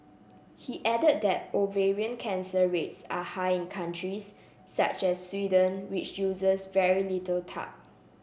he added that ovarian cancer rates are high in countries such as Sweden which uses very little talc